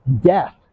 death